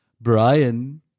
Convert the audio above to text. Brian